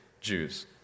Jews